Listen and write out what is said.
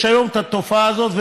יש היום את התופעה הזאת,